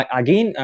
again